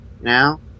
Now